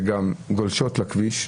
שגם גולשת לכביש,